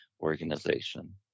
organization